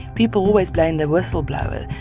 people always blame the whistleblower.